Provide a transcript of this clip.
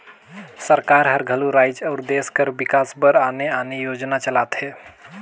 सरकार हर घलो राएज अउ देस कर बिकास बर आने आने योजना चलाथे